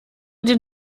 dem